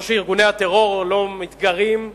לא שארגוני הטרור לא מתגרים,